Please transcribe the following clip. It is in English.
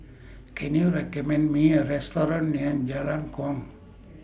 Can YOU recommend Me A Restaurant near Jalan Kuang